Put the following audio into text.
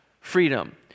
freedom